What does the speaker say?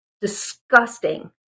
disgusting